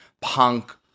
punk